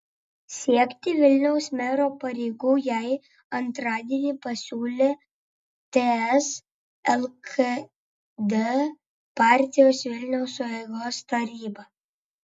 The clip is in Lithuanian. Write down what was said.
siekti vilniaus mero pareigų jai antradienį pasiūlė ts lkd partijos vilniaus sueigos taryba